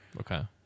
okay